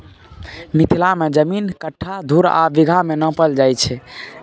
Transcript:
मिथिला मे जमीन कट्ठा, धुर आ बिगहा मे नापल जाइ छै